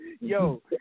yo